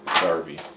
Darby